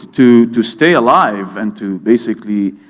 to to stay alive, and to basically